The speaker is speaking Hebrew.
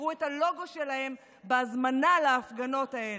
תראו את הלוגו שלהם בהזמנה להפגנות האלה.